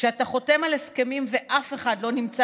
כשאתה חותם על הסכמים ואף אחד לא נמצא